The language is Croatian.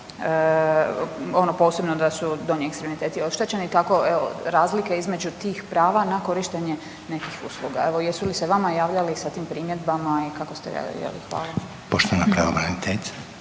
ono posebno da su donji ekstremiteti oštećeni, tako evo razlika između tih prava na korištenje nekih usluga. Evo, jesu li se vama javljali sa tim primjedbama i kako ste reagirali? Hvala. **Reiner,